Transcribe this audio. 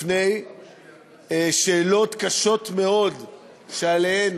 חייל ושלוש חיילות, באמת אנשים